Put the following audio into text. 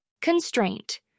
Constraint